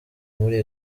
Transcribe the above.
muri